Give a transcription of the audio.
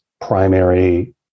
primary